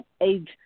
age